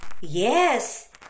Yes